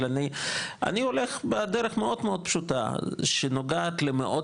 אני הולך בדרך מאוד מאוד פשוטה שנוגעת למאות